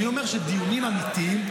אני אומר שבדיונים אמיתיים,